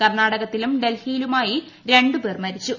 കർണാടകത്തിലും ഡൽഫ്പിയ്ടിലുമായി രണ്ട് പേർ മരിച്ചു